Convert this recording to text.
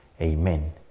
Amen